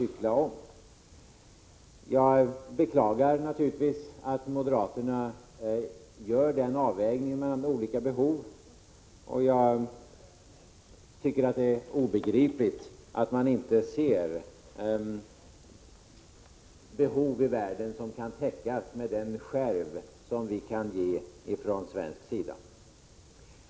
Jag beklagar naturligtvis att moderaterna gör denna avvägning mellan olika behov. Jag tycker att det är obegripligt att moderaterna inte ser de behov i världen som kan täckas med den skärv som vi kan ge från svensk sida.